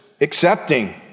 accepting